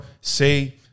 say